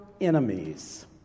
enemies